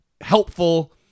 helpful